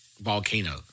volcano